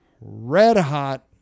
red-hot